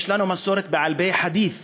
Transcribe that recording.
יש לנו מסורת בעל-פה, חדית',